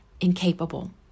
incapable